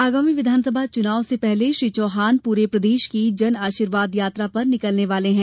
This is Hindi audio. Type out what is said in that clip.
आगामी विधानसभा चुनाव से पहले श्री चौहान पूरे प्रदेश की जनआशीर्वाद यात्रा पर निकलने वाले हैं